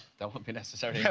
that won't be necessary. yeah